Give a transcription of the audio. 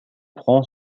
prend